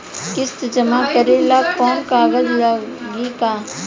किस्त जमा करे ला कौनो कागज लागी का?